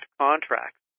contracts